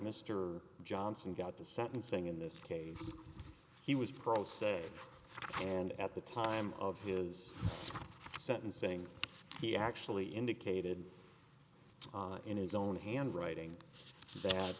mr johnson got the sentencing in this case he was pro se and at the time of his sentencing he actually indicated in his own handwriting